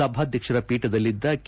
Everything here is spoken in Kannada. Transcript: ಸಭಾಧ್ಯಕ್ಷರ ಪೀಠದಲ್ಲಿದ್ದ ಕೆ